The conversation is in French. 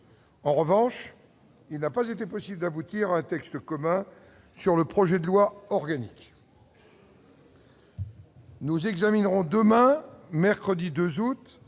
en revanche, il n'a pas été possible d'aboutir à un texte commun sur le projet de loi organique. Nous examinerons demain mercredi 2 août